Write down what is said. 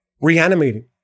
reanimating